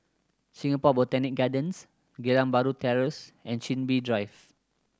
Singapore Botanic Gardens Geylang Bahru Terrace and Chin Bee Drive